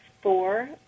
four